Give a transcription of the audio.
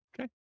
okay